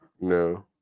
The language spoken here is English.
No